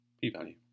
p-value